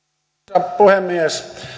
arvoisa puhemies